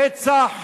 הרצח